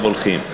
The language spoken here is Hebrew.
אליו הולכים.